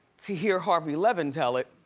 to hear harvey levin tell it.